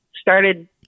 Started